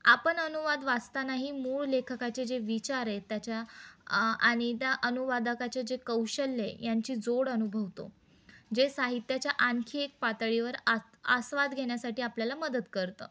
आपण अनुवाद वाचताना हे मूळ लेखकाचे जे विचार आहे त्याच्या आ आणि त्या अनुवादकाचे जे कौशल्य यांची जोड अनुभवतो जे साहित्याच्या आणखी एक पातळीवर आ आस्वाद घेण्यासाठी आपल्याला मदत करतं